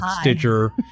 Stitcher